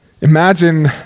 Imagine